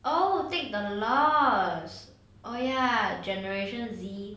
oh take the lost oh ya generation Z